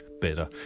better